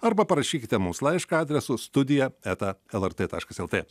arba parašykite mums laišką adresu studija eta lrt taškas lt